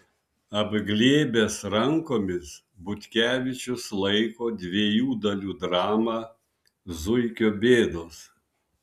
apglėbęs rankomis butkevičius laiko dviejų dalių dramą zuikio bėdos